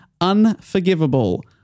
unforgivable